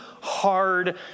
hard